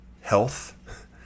health